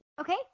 Okay